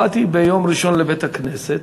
באתי ביום ראשון לבית-הכנסת,